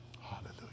Hallelujah